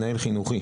מנהל חינוכי.